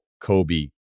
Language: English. Kobe